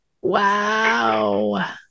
Wow